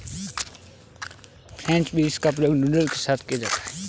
French beans का प्रयोग noodles के साथ किया जाता है